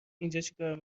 چیکار